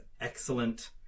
excellent